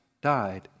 died